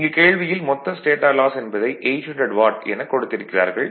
இங்கு கேள்வியில் மொத்த ஸ்டேடார் லாஸ் என்பதை 800 வாட் எனக் கொடுத்து இருக்கிறார்கள்